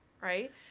Right